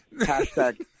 Hashtag